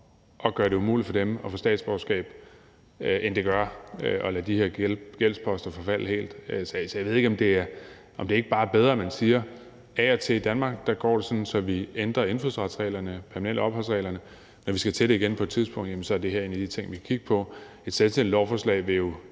at gøre det umuligt for dem at få statsborgerskab, end det gør at lade de her gældsposter forfalde helt. Så jeg ved ikke, om det ikke bare er bedre, at man siger, at det i Danmark af og til er sådan, at vi ændrer indfødsretsreglerne og reglerne om permanent ophold, og når vi skal til det igen på et tidspunkt, er det her en af de ting, vi kan kigge på. Et selvstændigt lovforslag vil jo